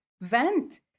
vent